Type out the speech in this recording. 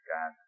God